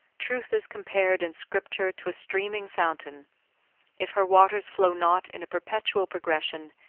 truth is compared in scripture to a streaming fountain if her waters flow not in a perpetual progression,